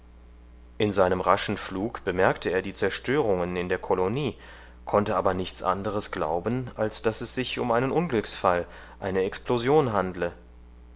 in seinem raschen flug bemerkte er die zerstörungen in der kolonie konnte aber nichts anderes glauben als daß es sich um einen unglücksfall eine explosion handle